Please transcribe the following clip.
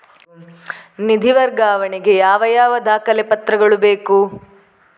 ನಿಧಿ ವರ್ಗಾವಣೆ ಗೆ ಯಾವ ಯಾವ ದಾಖಲೆ ಪತ್ರಗಳು ಬೇಕು?